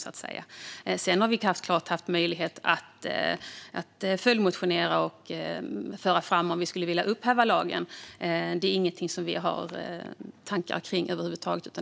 Sedan är det klart att vi har haft möjlighet att följdmotionera och föra fram att vi skulle vilja upphäva lagen, men det är inte något som vi har tankar kring över huvud taget.